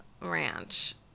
ranch